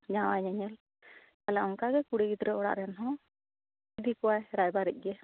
ᱡᱟᱶᱟᱭ ᱧᱮᱧᱮᱞ ᱛᱟᱦᱚᱞᱮ ᱚᱱᱠᱟ ᱜᱮ ᱠᱩᱲᱤ ᱜᱤᱫᱽᱨᱟᱹ ᱚᱲᱟᱜ ᱨᱮᱱᱦᱚᱸ ᱤᱫᱤ ᱠᱚᱣᱟᱭ ᱨᱟᱭᱵᱟᱨᱤᱡ ᱜᱮ